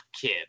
Kid